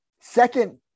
Second